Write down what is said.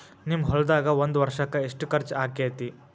ನಿಮ್ಮ ಹೊಲ್ದಾಗ ಒಂದ್ ವರ್ಷಕ್ಕ ಎಷ್ಟ ಖರ್ಚ್ ಆಕ್ಕೆತಿ?